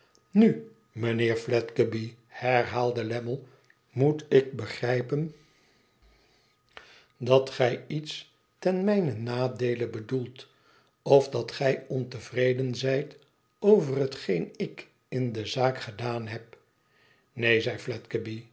ntt mijnheer fledgeby herhaalde lammie tmoet ik begrijpen dat gij iets ten mijnen nadeele bedoelt ofdat gij ontevreden zijt over hetgeen ik in deze zaak gedaan heb i neen zei